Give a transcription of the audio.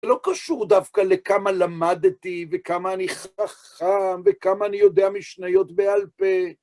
לא קשור דווקא לכמה למדתי, וכמה אני חכם, וכמה אני יודע משניות בעל פה.